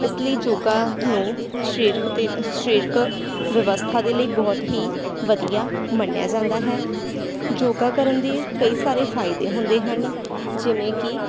ਇਸ ਲਈ ਯੋਗਾ ਨੂੰ ਸਰੀਰਿਕ ਅਤੇ ਸਰੀਰਿਕ ਵਿਵਸਥਾ ਦੇ ਲਈ ਬਹੁਤ ਹੀ ਵਧੀਆ ਮੰਨਿਆ ਜਾਂਦਾ ਹੈ ਯੋਗਾ ਕਰਨ ਦੇ ਕਈ ਸਾਰੇ ਫ਼ਾਇਦੇ ਹੁੰਦੇ ਹਨ ਜਿਵੇਂ ਕਿ